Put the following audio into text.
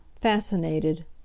fascinated